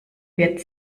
wird